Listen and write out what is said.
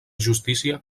justícia